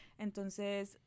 Entonces